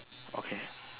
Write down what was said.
okay